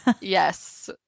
Yes